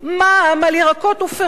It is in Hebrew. מע"מ על ירקות ופירות.